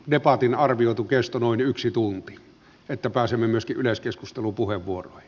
debatin arvioitu kesto noin yksi tunti jotta pääsemme myöskin yleiskeskustelupuheenvuoroihin